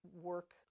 work